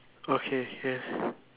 okay can